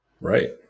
Right